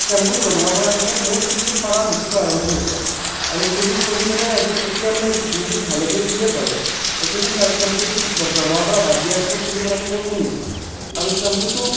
শ্ৱেম্পুটো ব্যৱহাৰ কৰাৰ পিছত মোৰ চুলি সৰা বেছিকৈ আৰম্ভ হৈছে আৰু চুলি সৰি মানে আজি এতিয়া মানে দিনটোত ভালেখিনি চুলিয়ে সৰে কিন্তু শ্ৱেম্পুটো ব্যৱহাৰ কৰা বাদ দিয়াৰ পিছত চুলি সৰাটো মোৰ কমিছে আৰু শ্ৱেম্পুটো